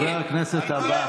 חבר הכנסת עבאס.